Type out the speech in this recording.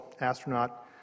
astronaut